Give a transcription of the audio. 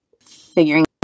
figuring